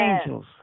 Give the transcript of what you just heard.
angels